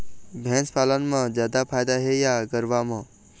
भैंस पालन म जादा फायदा हे या गरवा म?